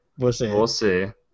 Você